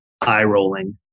eye-rolling